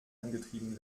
angetrieben